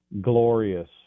glorious